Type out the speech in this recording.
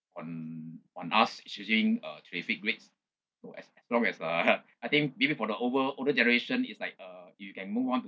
on on us especially uh terrific grades so as long as ah ha I think maybe to the older older generation is like uh you can move on to